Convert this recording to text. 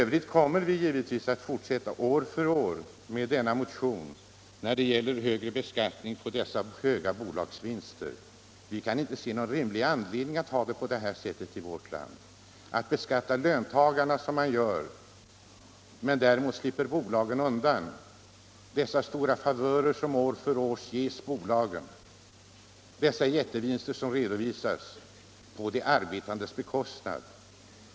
Vi kommer givetvis att fortsätta att väcka motioner om en högre beskattning av de höga bolagsvinsterna. Vi kan inte se någon rimlig anledning att ha det så i vårt land att man beskattar löntagarna men låter bolagen slippa undan. Bolagen ges år efter år stora favörer och gör jättevinster på de arbetandes bekostnad.